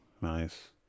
nice